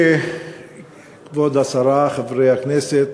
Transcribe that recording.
כבוד השרה, חברי הכנסת,